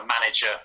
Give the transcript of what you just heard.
manager